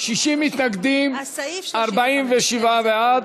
60 מתנגדים, 47 בעד.